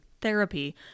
Therapy